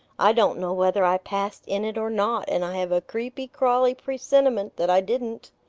i don't know whether i passed in it or not and i have a creepy, crawly presentiment that i didn't.